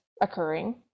occurring